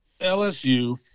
LSU